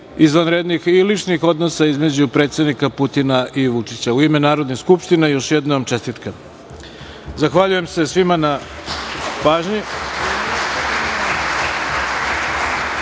izvanrednih ličnih odnosa između predsednika Putina i Vučića.U ime Narodne skupštine, još jednom čestitke. Zahvaljujem se svima na pažnji,